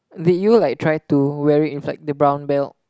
did you like try to wear it with like the brown belt